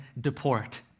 deport